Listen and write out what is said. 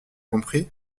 compris